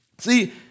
See